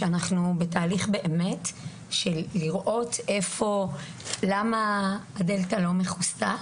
שאנחנו בתהליך לראות למה הדלתא לא מכוסה.